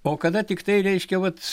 o kada tiktai reiškia vat